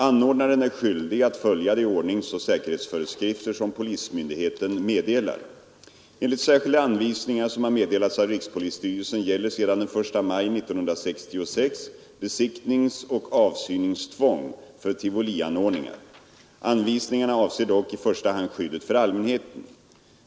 Anordnaren är skyldig att följa de ordningsoch säkerhetsföreskrifter som polismyndigheten meddelar. Enligt särskilda anvisningar som har meddelats av rikspolisstyrelsen gäller sedan den 1 maj 1966 besiktningsoch avsyningstvång för tivolianordningar. Anvisningar avser dock i första hand skyddet för allmänheten.